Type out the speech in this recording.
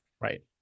right